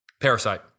Parasite